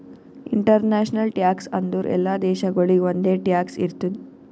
international tax ಅಂದುರ್ ಎಲ್ಲಾ ದೇಶಾಗೊಳಿಗ್ ಒಂದೆ ಟ್ಯಾಕ್ಸ್ ಇರ್ತುದ್